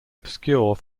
obscure